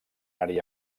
àrea